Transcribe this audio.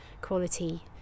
quality